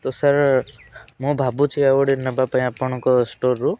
ତ ସାର୍ ମୁଁ ଭାବୁଛି ଆଉ ଗୋଟେ ନେବା ପାଇଁ ଆପଣଙ୍କ ଷ୍ଟୋରରୁ